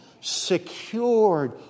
secured